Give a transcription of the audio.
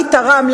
מי תרם,